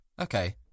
Okay